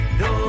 no